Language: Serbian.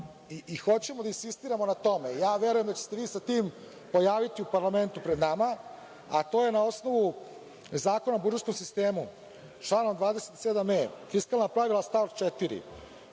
i hoćemo da insistiramo na tome, verujem da ćete se vi sa tim pojaviti u parlamentu pred nama, a to je na osnovu Zakona o budžetskom sistemu člana 27e, fiskalna pravila stav 4.